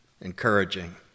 encouraging